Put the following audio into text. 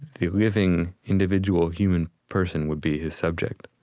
the living individual human person would be his subject